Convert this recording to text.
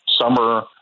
summer